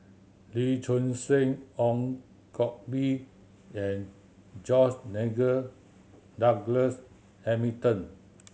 Lee Choon Seng Ong Koh Bee and George Nigel Douglas Hamilton